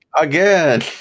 again